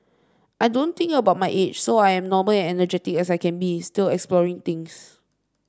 I don't think about my age so I'm normal and energetic as I can be still exploring things